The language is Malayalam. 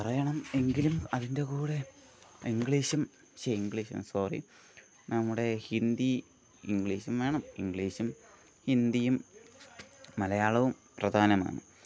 പറയണം എങ്കിലും അതിൻ്റെ കൂടെ ഇംഗ്ലീഷും ശ്ശെ ഇംഗ്ലീഷെന്ന് സോറി നമ്മുടെ ഹിന്ദി ഇംഗ്ലീഷും വേണം ഇംഗ്ലീഷും ഹിന്ദിയും മലയാളവും പ്രധാനമാണ്